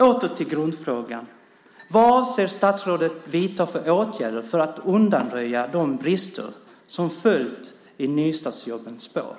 Åter till grundfrågan: Vad avser statsrådet att vidta för åtgärder för att undanröja de brister som följt i nystartsjobbens spår?